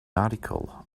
article